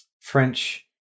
French